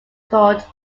called